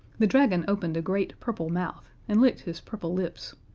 the dragon opened a great purple mouth and licked his purple lips,